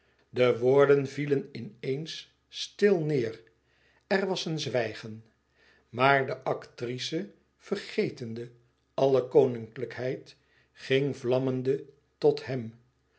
de woorden vielen in eens stil neêr er was een zwijgen maar de actrice vergetende alle koninklijkheid ging vlammende tot hem